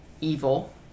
evil